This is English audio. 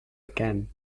again